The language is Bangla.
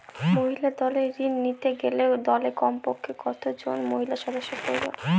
মহিলা দলের ঋণ নিতে গেলে দলে কমপক্ষে কত জন মহিলা সদস্য প্রয়োজন?